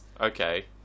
Okay